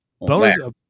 bonus